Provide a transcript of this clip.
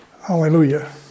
Hallelujah